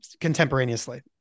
contemporaneously